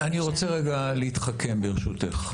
אני רוצה רגע להתחכם, ברשותך.